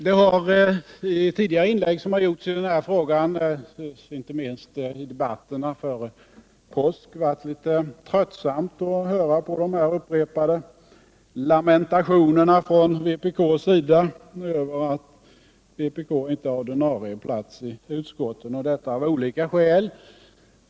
Det har i tidigare inlägg som gjorts i denna fråga, inte minst i debatterna före påsk, varit litet tröttsamt att höra på de upprepade lamentationerna från vpk:s sida över att vpk av olika skäl inte har ordinarie platser i utskotten.